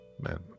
man